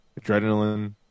adrenaline